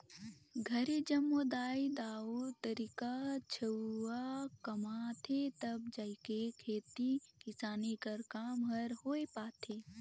घरे जम्मो दाई दाऊ,, लरिका छउवा कमाथें तब जाएके खेती किसानी कर काम हर होए पाथे